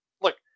look